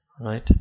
Right